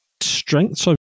strengths